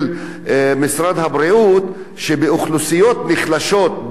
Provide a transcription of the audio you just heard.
שבאוכלוסיות מוחלשות בנגב ובפריפריה ובגליל,